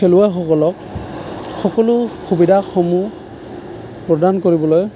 খেলুৱৈসকলক সকলো সুবিধাসমূহ প্ৰদান কৰিবলৈ